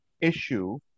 issue